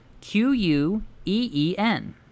Q-U-E-E-N